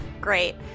Great